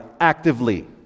actively